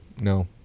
no